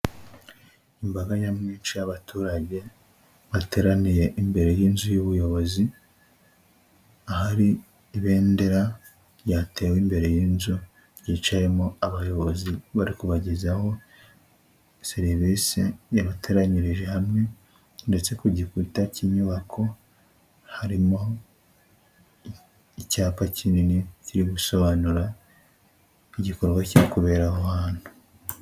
Imbaga nyamwinshi yaba'abaturage bateraniye imbere y'inzu y'ubuyobozi, ahari ibendera ryatewe imbere y'inzu yicayemo abayobozi bari kubagezaho serivisi yabateranyirije hamwe, ndetse ku gikubita cy'inyubako harimo icyapa kinini kiri gusobanura igikorwa kiri kubera aho hantu.